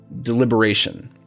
deliberation